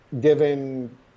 given